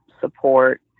support